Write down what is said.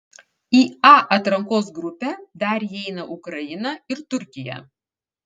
į a atrankos grupę dar įeina ukraina ir turkija